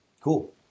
cool